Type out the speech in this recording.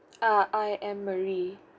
uh I am mary